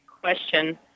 question